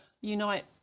unite